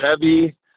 heavy